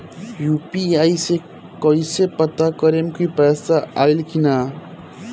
UPI से कईसे पता करेम की पैसा आइल की ना?